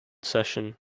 session